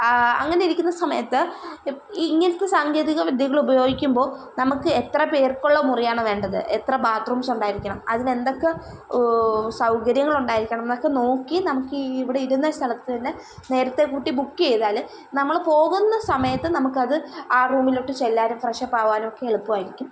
ആ അങ്ങനെ ഇരിക്കുന്ന സമയത്ത് ഇപ്പം ഇങ്ങനത്തെ സാങ്കേതിക വിദ്യകളുപയോഗിക്കുമ്പോൾ നമുക്ക് എത്ര പേർക്കുള്ള മുറിയാണ് വേണ്ടത് എത്ര ബാത്ത്റൂംസുണ്ടായിരിക്കണം അതിനെന്തൊക്കെ സൗകര്യങ്ങളുണ്ടായിരിക്കണമെന്നൊക്കെ നോക്കി നമുക്കീ ഇവിടെ ഇരുന്ന സ്ഥലത്ത് തന്നെ നേരത്തെ കൂട്ടി ബുക്ക് ചെയ്താൽ നമ്മൾ പോകുന്ന സമയത്ത് നമക്കത് ആ റൂമിലോട്ട് ചെല്ലാനും ഫ്രഷപ്പ് ആവാനും ഒക്കെ എളുപ്പമായിരിക്കും